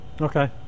Okay